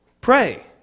Pray